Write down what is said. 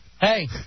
Hey